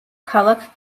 ქალაქ